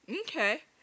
Okay